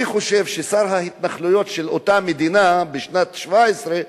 אני חושב ששר ההתנחלויות של אותה מדינה בשנת 1917,